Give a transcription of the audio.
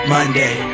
Monday